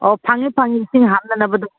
ꯑꯧ ꯐꯪꯉꯤ ꯐꯪꯉꯤ ꯏꯁꯤꯡ ꯍꯥꯞꯅꯅꯕꯗꯣ